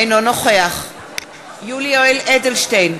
אינו נוכח יולי יואל אדלשטיין,